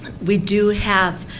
we do have